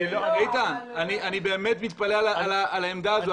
איתן, אני באמת מתפלא העמדה הזאת.